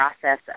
process